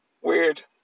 Weird